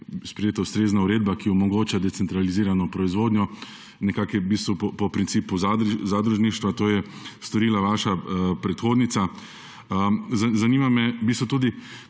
sprejeta ustrezna uredba, ki omogoča decentralizirano proizvodnjo nekako po principu zadružništva, to je storila vaša predhodnica. Zanima me v